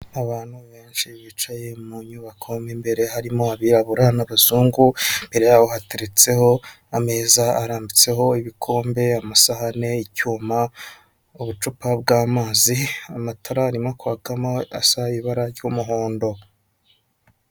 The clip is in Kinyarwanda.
Abantu benshi bicaye mu nyubako mu imbere harimo abirabura n'abazungu, imbere yabo hateritseho ameza arambitseho ibikombe, amasahani y'icyuma, ubucupa bw'amazi, amatara arimo kwakama asa ibara ry'umuhondo.